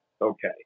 Okay